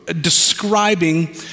describing